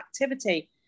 activity